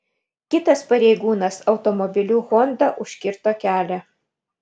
kitas pareigūnas automobiliu honda užkirto kelią